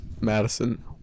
Madison